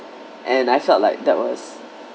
and I felt like that was